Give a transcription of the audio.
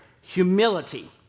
humility